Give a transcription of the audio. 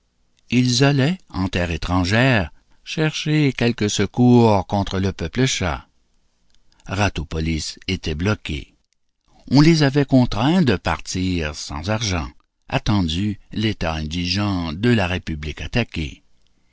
ils allaient en terre étrangère chercher quelque secours contre le peuple chat ratopolis était bloquée on les avait contraints de partir sans argent attendu l'état indigent de la république attaquée